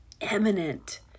eminent